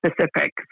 specific